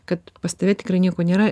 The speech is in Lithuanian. kad pas tave tikrai nieko nėra